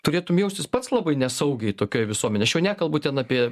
turėtum jaustis pats labai nesaugiai tokioj visuomenėj aš jau nekalbu ten apie